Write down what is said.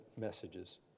messages